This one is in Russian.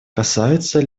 касаются